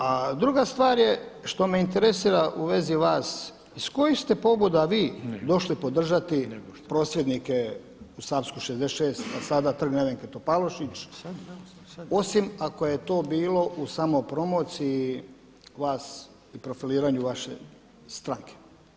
A druga stvar je što me interesira u vezi vas iz kojih ste pobuda vi došli podržati prosvjednike u Savsku 66. a sada trg Nevenke Topalušić osim ako je to bilo u samopromociji vas i profiliranju vaše stranke.